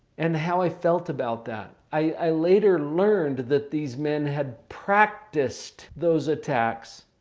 and how i felt about that? i later learned that these men had practiced those attacks